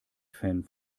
fan